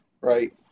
right